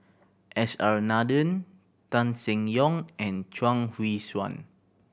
S R Nathan Tan Seng Yong and Chuang Hui Tsuan